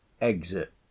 Exit